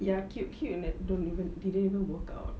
ya cute cute don't even didn't even work out